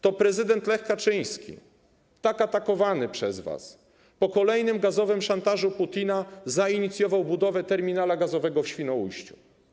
To prezydent Lech Kaczyński, tak atakowany przez was, po kolejnym gazowym szantażu Putina zainicjował budowę terminala gazowego w Świnoujściu.